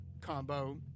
combo